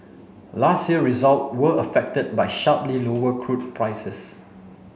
last year result were affected by sharply lower crude prices